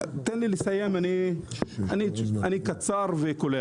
תן לי לסיים, אני אדבר בקצרה.